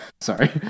Sorry